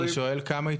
אני שואל כמה איתורים.